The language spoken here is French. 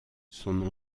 son